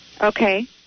Okay